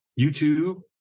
YouTube